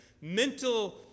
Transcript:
mental